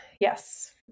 Yes